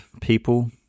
people